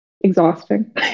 exhausting